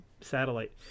satellite